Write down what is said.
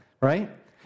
right